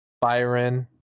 Byron